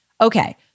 Okay